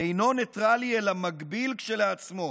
אינו ניטרלי אלא מגביל כשלעצמו.